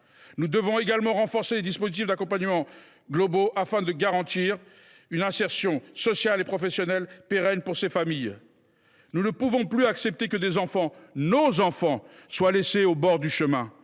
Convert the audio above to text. Nous devons également renforcer les dispositifs d’accompagnement global afin de garantir une insertion sociale et professionnelle pérenne pour ces familles. Nous ne pouvons plus accepter que des enfants, nos enfants, soient laissés au bord du chemin.